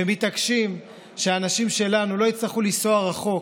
ומתעקשים שאנשים שלנו לא יצטרכו לנסוע רחוק,